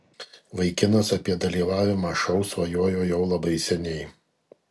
vaikinas apie dalyvavimą šou svajojo jau labai seniai